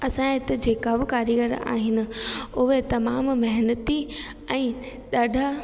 असांजे हिते जेका बि कारीगर आहिनि उहे तमामु महिनती ऐं ॾाढा